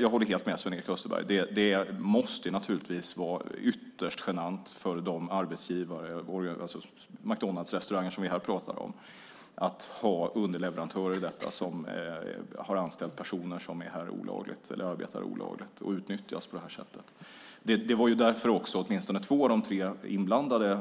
Jag håller helt med Sven-Erik Österberg; det måste vara ytterst genant för de McDonaldsrestauranger som vi pratar om att ha underleverantörer som har anställt personer som arbetar olagligt och utnyttjas på detta sätt. Det var därför som åtminstone två av de tre inblandade